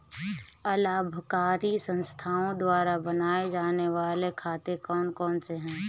अलाभकारी संस्थाओं द्वारा बनाए जाने वाले खाते कौन कौनसे हैं?